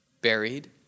buried